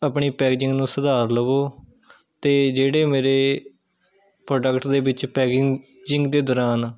ਆਪਣੀ ਪੈਕਜਿੰਗ ਨੂੰ ਸੁਧਾਰ ਲਵੋ ਅਤੇ ਜਿਹੜੇ ਮੇਰੇ ਪ੍ਰੋਡਕਟ ਦੇ ਵਿੱਚ ਪੈਕਜਿੰਗ ਦੇ ਦੌਰਾਨ